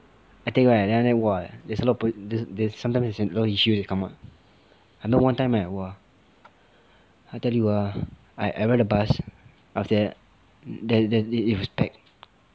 I take right then after that !wah! there's a lot of po~ there's there's sometimes there's a lot of issues that come up I know one time right like !wah! I tell you ah I I ride a bus after that then then it was packed